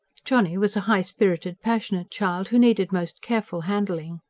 johnny was a high-spirited, passionate child, who needed most careful handling.